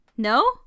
no